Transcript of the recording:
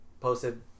posted